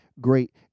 great